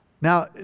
Now